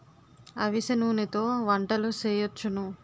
అవిసె నూనెతో వంటలు సేయొచ్చును